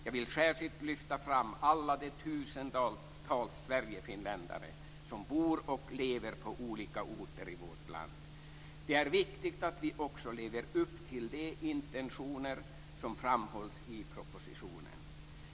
Jag vill särskilt lyfta fram alla de tusentals sverigefinländare som bor och lever på olika orter i vårt land. Det är viktigt att vi också lever upp till de intentioner som framhålls i propositionen.